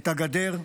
את הגדר,